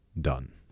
done